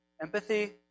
Empathy